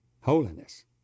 holiness